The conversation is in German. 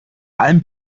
allen